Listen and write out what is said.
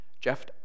Jeff